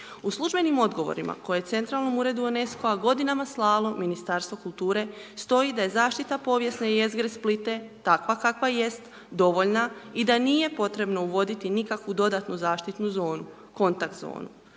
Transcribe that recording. U službenim odgovorima koje je centralnom uredu UNESCO-a godinama slalo Ministarstvo kulture stoji da je zaštita povijesne jezgre Splita takva kakva jest, dovoljna i da nije potrebno uvoditi nikakvu dodatnu zaštitnu zonu, kontakt zonu.